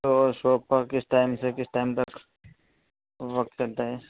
تو شوپ کا کس ٹائم سے کس ٹائم تک وقت رہتا ہے